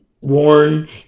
worn